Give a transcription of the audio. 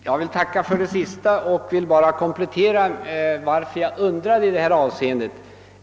Herr talman! Jag vill tacka för det sista beskedet och vill något komplettera motiveringen till min fråga i detta avseende.